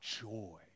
joy